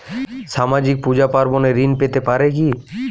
সামাজিক পূজা পার্বণে ঋণ পেতে পারে কি?